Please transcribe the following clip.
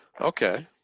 Okay